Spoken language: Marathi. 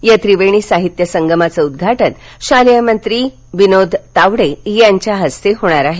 या त्रिवेणी साहित्य संगमाचं उद्घाटन शालेय शिक्षण मंत्री विनोद तावडे यांच्या हस्ते होणार आहे